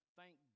Thank